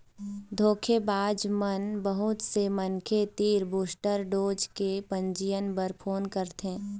धोखेबाज मन बहुत से मनखे तीर बूस्टर डोज के पंजीयन बर फोन करथे